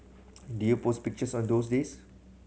do you post pictures on those days